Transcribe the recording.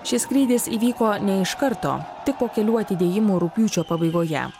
šis skrydis įvyko ne iš karto tik po kelių atidėjimų rugpjūčio pabaigoje